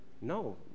No